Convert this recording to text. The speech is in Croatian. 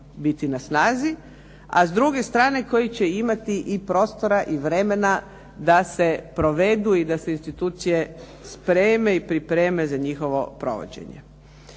biti na snazi, a s druge strane koji će imati i prostora i vremena da se provedu i da se institucije spreme i pripreme za njihovo provođenje.